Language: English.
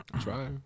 Try